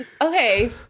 Okay